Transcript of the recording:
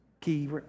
key